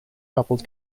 coupled